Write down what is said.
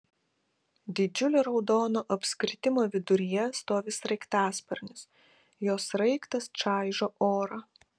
didžiulio raudono apskritimo viduryje stovi sraigtasparnis jo sraigtas čaižo orą